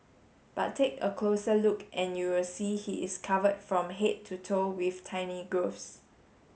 but take a closer look and you will see he is covered from head to toe with tiny growths